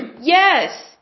yes